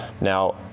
Now